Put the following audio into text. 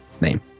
Name